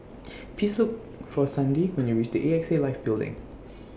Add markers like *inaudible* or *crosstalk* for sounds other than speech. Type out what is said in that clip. *noise* Please Look For Sandi when YOU REACH The AXA Life Building